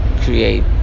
create